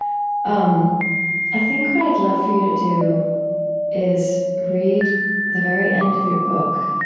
um i think what i'd love for you to do is read the very end of your book.